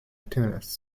tunis